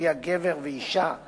לפיה גבר ואשה,